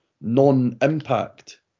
non-impact